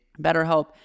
BetterHelp